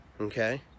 Okay